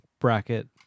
Bracket